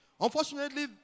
Unfortunately